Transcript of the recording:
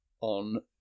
on